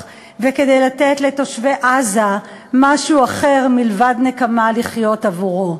וכדי לתת לתושבי עזה משהו אחר מלבד נקמה לחיות עבורו.